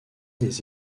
des